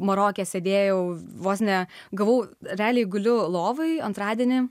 maroke sėdėjau vos ne gavau realiai guliu lovoj antradienį